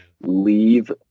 leave